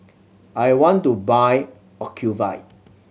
I want to buy Ocuvite